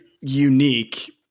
unique